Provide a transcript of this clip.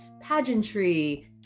pageantry